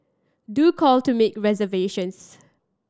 do call to make reservations